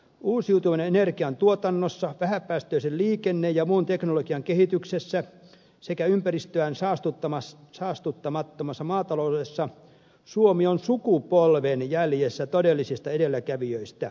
uusiutuvan energian tuotannossa vähäpäästöisen liikenne ja muun teknologian kehityksessä sekä ympäristöään saastuttamattomassa maataloudessa suomi on sukupolven jäljessä todellisista edelläkävijöistä